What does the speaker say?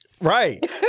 Right